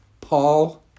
Paul